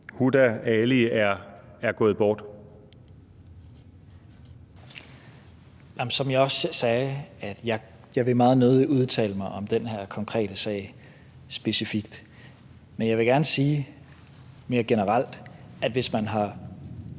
(Mattias Tesfaye): Som jeg sagde, vil jeg meget nødig udtale mig om den her konkrete sag specifikt. Men jeg vil gerne sige mere generelt, at hvis man har